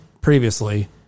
previously